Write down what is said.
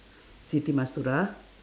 siti-mastura